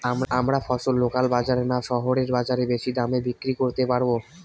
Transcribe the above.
আমরা ফসল লোকাল বাজার না শহরের বাজারে বেশি দামে বিক্রি করতে পারবো?